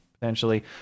potentially